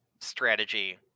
strategy